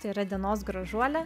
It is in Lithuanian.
tai yra dienos gražuolė